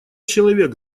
человек